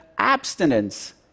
Abstinence